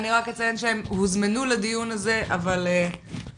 אני רק אציין שהם הוזמנו לדיון הזה אבל אולי